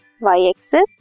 y-axis